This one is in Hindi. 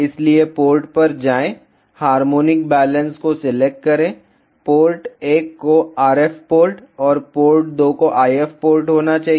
इसलिए पोर्ट पर जाएं हार्मोनिक बैलेंस को सिलेक्ट करें पोर्ट 1 को RF पोर्ट और पोर्ट 2 को IF पोर्ट होना चाहिए